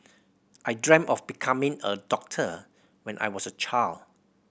I dreamt of becoming a doctor when I was a child